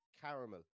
caramel